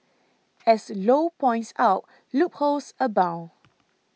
as Low points out loopholes abound